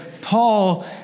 Paul